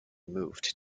moved